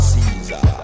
Caesar